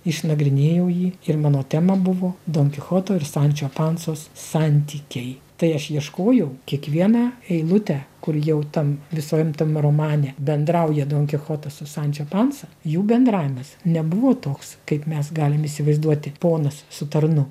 išnagrinėjau jį ir mano tema buvo donkichoto ir sančio pansos santykiai tai aš ieškojau kiekvieną eilutę kur jau tam visam tam romane bendrauja donkichotas su sanče pansa jų bendravimas nebuvo toks kaip mes galim įsivaizduoti ponas su tarnu